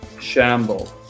Shamble